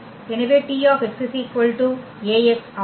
எனவே T Ax ஆகும்